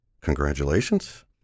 Congratulations